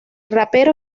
rapero